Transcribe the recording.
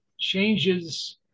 changes